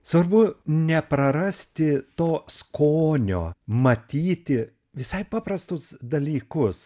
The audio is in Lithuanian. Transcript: svarbu neprarasti to skonio matyti visai paprastus dalykus